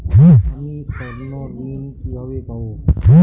আমি স্বর্ণঋণ কিভাবে পাবো?